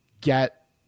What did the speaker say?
get